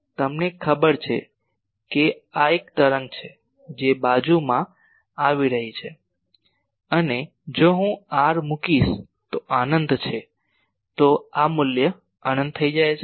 તમને ખબર છે કે આ એક તરંગ છે જે બાજુમાં આવી રહી છે અને જો હું r મૂકીશ તો અનંત છે તો આ મૂલ્ય અનંત થઈ જાય છે